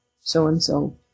so-and-so